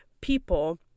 people